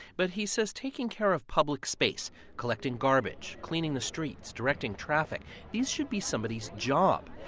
but he says taking care of public space collecting garbage, cleaning the streets, directing traffic these should be somebody's job.